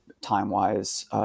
time-wise